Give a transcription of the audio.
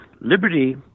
liberty